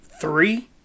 three